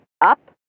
up